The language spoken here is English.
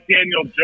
Daniel